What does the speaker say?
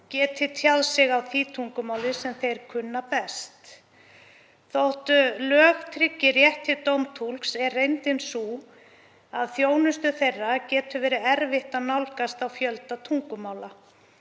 geti tjáð sig á því tungumáli sem þeir kunna best. Þótt lög tryggi rétt til dómtúlks er reyndin sú að þjónustu þeirra getur verið erfitt að nálgast á fjölda tungumála.